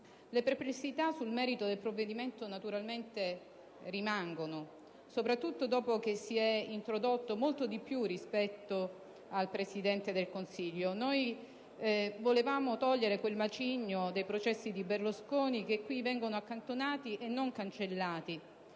Le perplessità sul merito del provvedimento naturalmente rimangono, soprattutto dopo che si è ampliata la norma ben oltre la figura del Presidente del Consiglio. Noi volevamo togliere quel macigno dei processi di Berlusconi, che qui vengono accantonati e non cancellati,